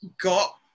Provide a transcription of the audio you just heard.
got